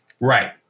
Right